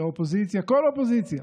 האופוזיציה, כל אופוזיציה,